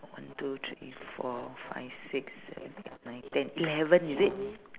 one two three four five six seven eight nine ten eleven is it